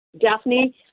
Daphne